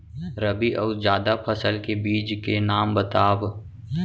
रबि अऊ जादा फसल के बीज के नाम बताव?